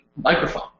microphone